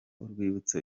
urwibutso